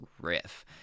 riff